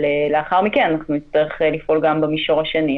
לאחר מכן נצטרך לפעול גם במישור השני,